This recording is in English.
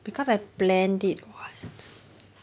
because I planned it [what]